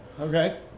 okay